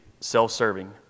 self-serving